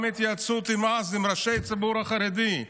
גם התייעצות עם ראשי הציבור החרדי,